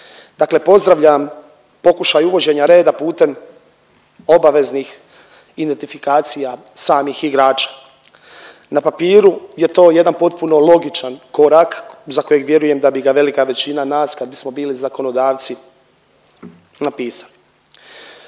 Dakle pozdravljam pokušaj uvođenja reda putem obaveznih identifikacija samih igrača. Na papiru je to jedan potpuno logičan korak za kojeg vjerujem da bi ga velika većina nas, kad bismo bili zakonodavci napisala.